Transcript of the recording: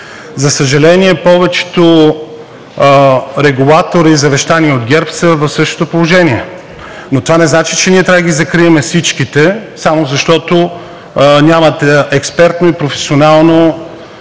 За съжаление, повечето регулатори, завещани от ГЕРБ, са в същото положение, но това не значи, че ние трябва да ги закрием всичките само защото нямат експертно и професионално